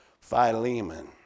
Philemon